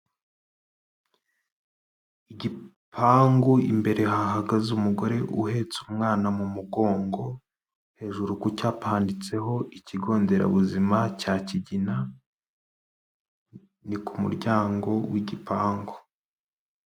Igipangu imbere hahagaze umugore uhetse umwana mu mugongo, hejuru ku cyapa handitseho ikigo nderabuzima cya Kigina, ni ku muryango w'igipangu.